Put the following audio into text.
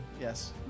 yes